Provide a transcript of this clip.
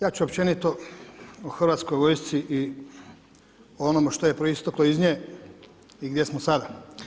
Ja ću općenito o hrvatskoj vojsci i onom što je proisteklo iz nje i gdje smo sada.